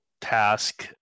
task